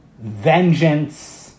vengeance